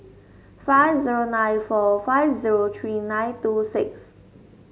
five zero nine four five zero three nine two six